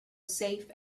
safe